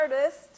artist